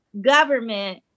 government